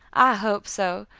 i hope so,